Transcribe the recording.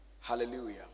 Hallelujah